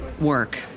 work